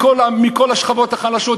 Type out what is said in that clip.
מכל השכבות החלשות,